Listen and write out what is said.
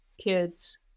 kids